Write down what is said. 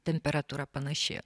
temperatūra panaši